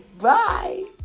Bye